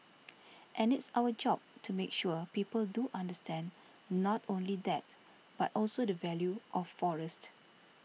and it's our job to make sure people do understand not only that but also the value of forest